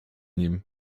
nim